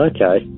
Okay